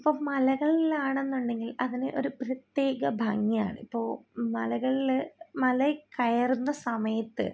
ഇപ്പം മലകളിലാണെന്നുണ്ടെങ്കിൽ അതിന് ഒരു പ്രത്യേക ഭംഗിയാണ് ഇപ്പോൾ മലകളിൽ മല കയറുന്ന സമയത്ത്